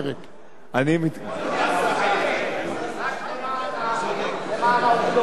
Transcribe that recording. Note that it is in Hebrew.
רק למען העובדות,